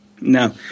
No